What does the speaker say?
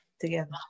together